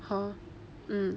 !huh! mm